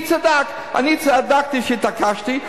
מי צדק - אני צדקתי שהתעקשתי,